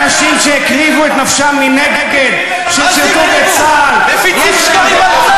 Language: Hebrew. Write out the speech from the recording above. אנשים שהקריבו, את נפשם מנגד,